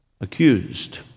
accused